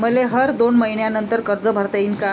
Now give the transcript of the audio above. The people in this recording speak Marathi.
मले हर दोन मयीन्यानंतर कर्ज भरता येईन का?